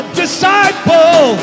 disciple